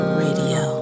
radio